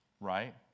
right